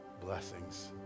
blessings